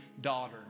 daughter